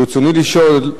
ברצוני לשאול,